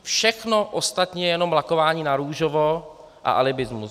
Všechno ostatní je jenom lakování narůžovo a alibismus.